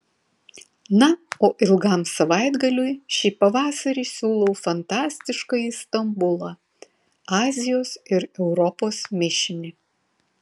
na o ilgam savaitgaliui šį pavasarį siūlau fantastiškąjį stambulą azijos ir europos mišinį